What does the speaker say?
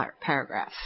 paragraph